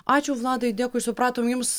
ačiū vladai dėkui supratom jums